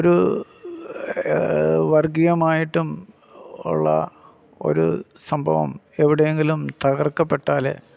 ഒരൂ വർഗ്ഗീയമായിട്ടും ഉള്ള ഒരു സംഭവം എവിടെയെങ്കിലും തകർക്കപ്പെട്ടാൽ